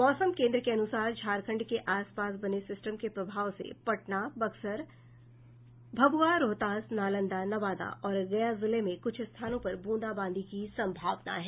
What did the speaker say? मौसम केन्द्र के अनुसार झारखंड के आस पास बने सिस्टम के प्रभाव से पटना बक्सर भभुआ रोहतास नालंदा नवादा और गया जिले में कुछ स्थानों पर बूंदाबांदी की संभावना है